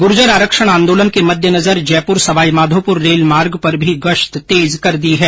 गूर्जर आरक्षण आंदोलन के मद्देनजर जयपुर सवाईमाधोपुर रेलमार्गे पर भी गश्त तेज कर दी है